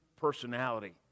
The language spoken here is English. personality